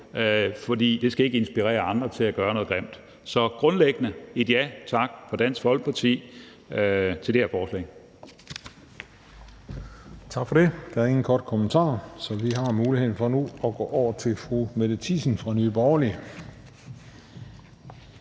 for det skal ikke inspirere andre til at gøre noget grimt. Så grundlæggende skal der lyde et ja tak fra Dansk Folkeparti til det her forslag.